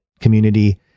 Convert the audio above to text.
community